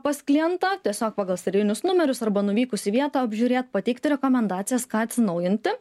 pas klientą tiesiog pagal serijinius numerius arba nuvykus į vietą apžiūrėt pateikti rekomendacijas ką atsinaujinti